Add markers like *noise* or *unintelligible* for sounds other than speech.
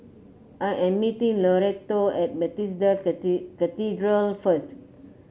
I am meeting Loretto at Bethesda *unintelligible* Cathedral first